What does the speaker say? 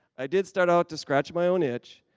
i did start out to scratch my own itch.